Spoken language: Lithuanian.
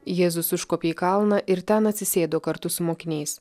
jėzus užkopė į kalną ir ten atsisėdo kartu su mokiniais